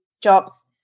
jobs